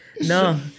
No